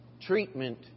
treatment